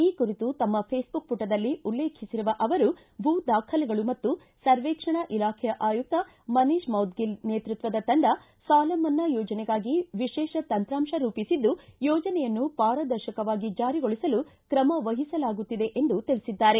ಈ ಕುರಿತು ತಮ್ಮ ಫೇಸ್ಬುಕ್ ಪುಟದಲ್ಲಿ ಉಲ್ಲೇಖಿಸಿರುವ ಅವರು ಭೂ ದಾಖಲೆಗಳು ಮತ್ತು ಸರ್ವೇಕ್ಷಣಾ ಇಲಾಖೆಯ ಆಯುಕ್ತ ಮನೀತ್ ಮೌದ್ಗಿಲ್ ನೇತೃತ್ವದ ತಂಡ ಸಾಲಮನ್ನಾ ಯೋಜನೆಗಾಗಿ ವಿಶೇಷ ತಂತ್ರಾಂಶ ರೂಪಿಸಿದ್ದು ಯೋಜನೆಯನ್ನು ಪಾರದರ್ಶಕವಾಗಿ ಜಾರಿಗೊಳಿಸಲು ಕ್ರಮ ವಹಿಸಲಾಗುತ್ತಿದೆ ಎಂದು ತಿಳಿಸಿದ್ದಾರೆ